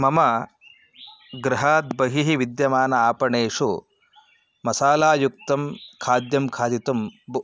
मम गृहाद् बहिः विद्यमानेषु आपणेषु मसालायुक्तं खाद्यं खादितुं बहु